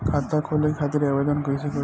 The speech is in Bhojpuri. खाता खोले खातिर आवेदन कइसे करी?